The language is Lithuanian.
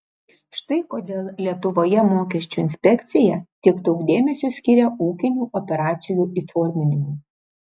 štai kodėl lietuvoje mokesčių inspekcija tiek daug dėmesio skiria ūkinių operacijų įforminimui